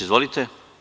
Izvolite.